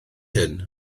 hŷn